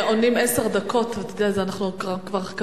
בדרך כלל עונים עשר דקות.